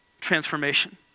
transformation